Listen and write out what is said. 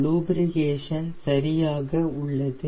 lubrication சரியாக உள்ளது